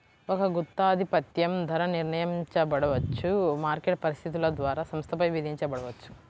ఒక గుత్తాధిపత్యం ధర నిర్ణయించబడవచ్చు, మార్కెట్ పరిస్థితుల ద్వారా సంస్థపై విధించబడవచ్చు